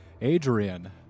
Adrian